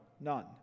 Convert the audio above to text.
None